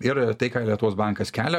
ir tai ką lietuvos bankas kelia